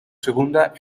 segunda